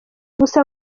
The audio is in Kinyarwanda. gusa